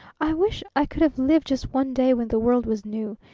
i wish i could have lived just one day when the world was new.